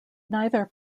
neither